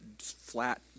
flat